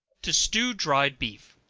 to stew dried beef.